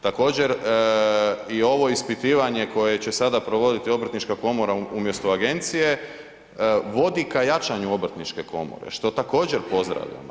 Također i ovo ispitivanje koje će sada provoditi obrtnička komora umjesto agencije vodi ka jačanju obrtničke komore što također pozdravljam.